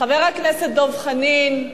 חבר הכנסת דב חנין,